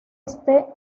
este